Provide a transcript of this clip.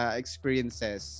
experiences